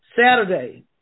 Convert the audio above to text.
Saturday